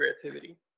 creativity